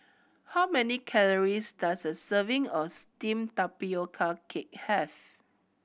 how many calories does a serving of steamed tapioca cake have